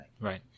Right